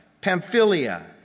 Pamphylia